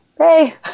Hey